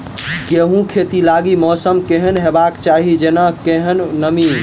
गेंहूँ खेती लागि मौसम केहन हेबाक चाहि जेना केहन नमी?